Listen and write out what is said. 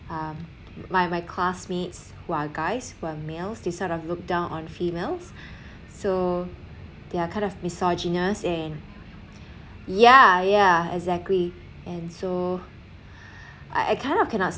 um my my classmates who are guys who are males they sort of look down on females so they're kind of misogynous and yeah yeah exactly and so I kind of cannot